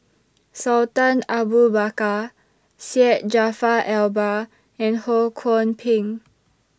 Sultan Abu Bakar Syed Jaafar Albar and Ho Kwon Ping